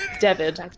david